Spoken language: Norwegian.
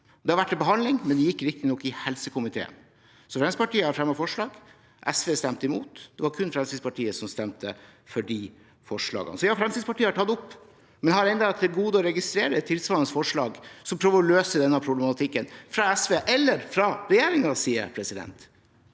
Det har vært til behandling, men gikk riktignok i helsekomiteen. Fremskrittspartiet har fremmet forslag, SV stemte imot. Det var kun Fremskrittspartiet som stemte for de forslagene. Så ja, Fremskrittspartiet har tatt det opp, men jeg har ennå til gode å registrere et tilsvarende forslag som prøver å løse denne problematikken, fra SVs eller regjeringens side.